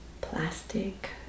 plastic